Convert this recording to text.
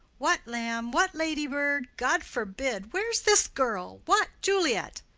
what, lamb! what ladybird! god forbid! where's this girl? what, juliet!